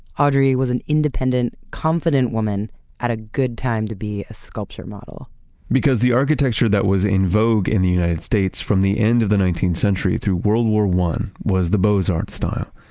audrey was an independent, confident woman at a good time to be a sculpture model because the architecture that was in vogue in the united states from the end of the nineteenth century through world war i was the beaux-arts style.